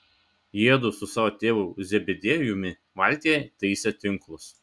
jiedu su savo tėvu zebediejumi valtyje taisė tinklus